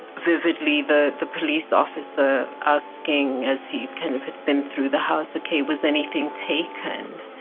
vividly the the police officer asking as he'd kind of had been through the house, okay. was anything taken?